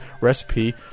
recipe